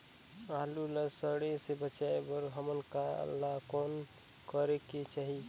आलू ला सड़े से बचाये बर हमन ला कौन करेके चाही?